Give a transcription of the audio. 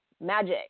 magic